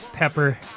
Pepper